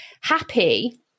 happy